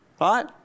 right